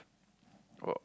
oh